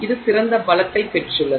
இது சிறந்த பலத்தை பெற்றுள்ளது